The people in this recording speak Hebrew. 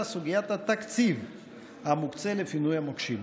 סוגיית התקציב המוקצה לפינוי המוקשים.